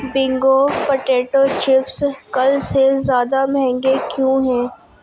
Bingo potato chips کل سے زیادہ مہنگے کیوں ہیں